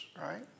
right